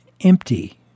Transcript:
empty